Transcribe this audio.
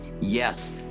Yes